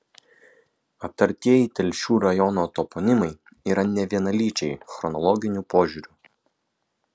aptartieji telšių rajono toponimai yra nevienalyčiai chronologiniu požiūriu